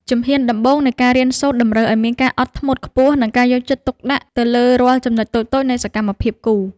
ជំហានដំបូងនៃការរៀនសូត្រតម្រូវឱ្យមានការអត់ធ្មត់ខ្ពស់ និង ការយកចិត្តទុកដាក់ទៅលើរាល់ចំណុចតូចៗនៃសកម្មភាពគូរ។